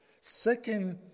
Second